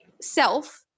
self